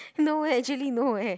no actually no eh